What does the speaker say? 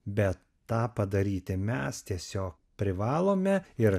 bet tą padaryti mes tiesiog privalome ir